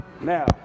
Now